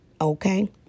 okay